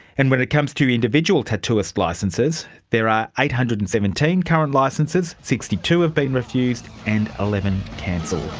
and when it comes to individual tattooist licences there are eight hundred and seventeen current licences, sixty two have been refused and eleven cancelled.